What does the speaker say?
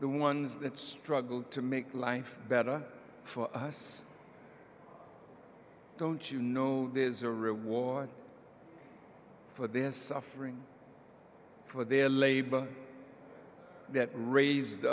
the ones that struggled to make life better for us don't you know there's a reward for their suffering for their labor that raised